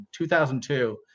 2002